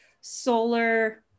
solar